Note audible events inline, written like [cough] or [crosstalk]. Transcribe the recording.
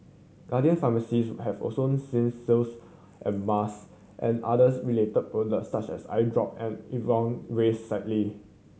Guardian Pharmacies have also seen sales and mask and others related products such as eye drop and [unintelligible] raise slightly